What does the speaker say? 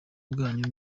bwanyu